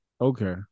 Okay